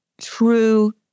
true